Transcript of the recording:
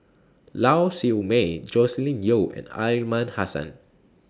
Lau Siew Mei Joscelin Yeo and Aliman Hassan